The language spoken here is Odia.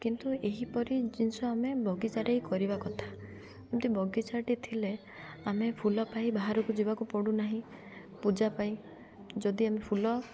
କିନ୍ତୁ ଏହିପରି ଜିନିଷ ଆମେ ବଗିଚାରେ କରିବା କଥା ଏମିତି ବଗିଚାଟି ଥିଲେ ଆମେ ଫୁଲ ପାଇଁ ବାହାରକୁ ଯିବାକୁ ପଡ଼ୁନାହିଁ ପୂଜା ପାଇଁ ଯଦି ଆମେ ଫୁଲ